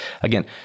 again –